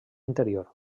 interior